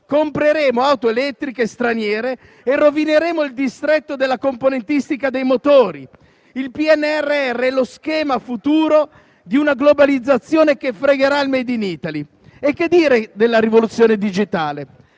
compreremo auto elettriche straniere e rovineremo il distretto della componentistica dei motori. Il PNRR è lo schema futuro di una globalizzazione che fregherà il *made in Italy*. Che dire della rivoluzione digitale?